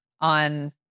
on